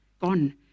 gone